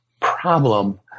problem